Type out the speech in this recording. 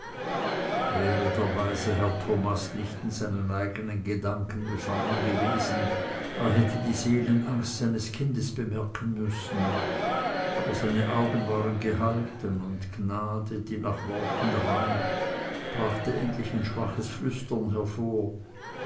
der weise herr thomas nicht in seinen eigenen gedanken befangen gewesen er hätte die seelenangst seines kindes bemerken müssen aber seine augen waren gehalten und gnade die nach worten rang brachte endlich ein schwaches flüstern hervor